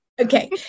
Okay